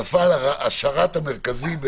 נפל השרת המרכזי.